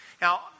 Now